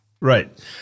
Right